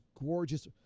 gorgeous